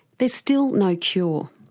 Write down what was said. there's still no cure.